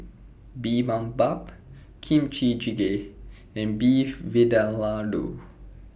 Bibimbap Kimchi Jjigae and Beef Vindaloo